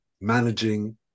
managing